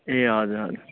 ए हजुर हजुर